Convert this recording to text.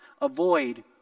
avoid